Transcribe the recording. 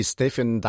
Stephen